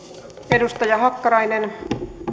edustaja hakkarainen samalla